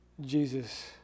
Jesus